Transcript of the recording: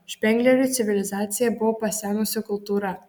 špengleriui civilizacija buvo pasenusi kultūra